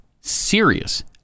serious